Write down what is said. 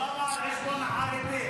אבל למה על חשבון החרדים?